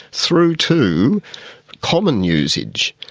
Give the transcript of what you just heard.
through to common usage?